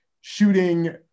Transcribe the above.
shooting